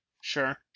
Sure